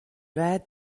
read